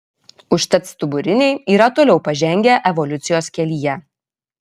užtat stuburiniai yra toliau pažengę evoliucijos kelyje